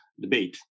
debate